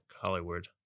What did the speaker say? Hollywood